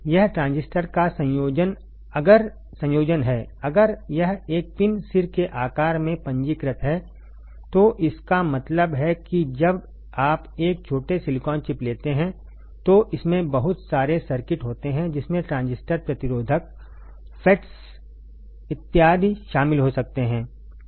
यह ट्रांजिस्टर का संयोजन है अगर यह एक पिन सिर के आकार में पंजीकृत है तो इसका मतलब है कि जब आप एक छोटे सिलिकॉन चिप लेते हैं तो इसमें बहुत सारे सर्किट होते हैं जिसमें ट्रांजिस्टर प्रतिरोधक FETs इत्यादि शामिल हो सकते हैं